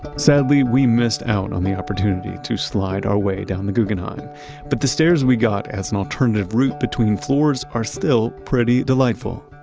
sadly, we missed out on the opportunity to slide our way down the guggenheim but the stairs we got as an alternative route between floors are still pretty delightful.